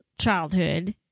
childhood